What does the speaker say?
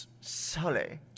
Sully